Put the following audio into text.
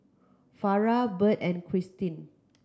Farrah Bert and Kristin